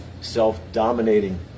self-dominating